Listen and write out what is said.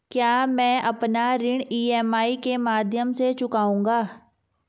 क्या मैं अपना ऋण ई.एम.आई के माध्यम से चुकाऊंगा?